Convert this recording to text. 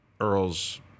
Earl's